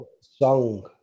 song